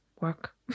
work